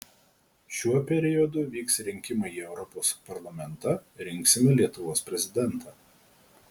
šiuo periodu vyks rinkimai į europos parlamentą rinksime lietuvos prezidentą